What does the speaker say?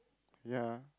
ya